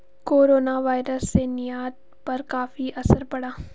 coronavirus से निर्यात पर काफी असर पड़ा